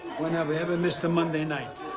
when have i ever missed a monday night?